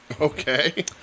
Okay